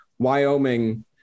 Wyoming